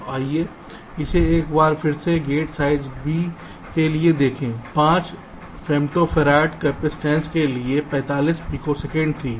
तो आइए इसे एक बार फिर से गेट साइज B के लिए देखें 5 फेमटोफैराड कपसिटंस के लिए डिले 45 पिकोसेकंड थी